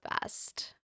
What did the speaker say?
best